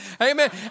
Amen